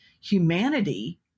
humanity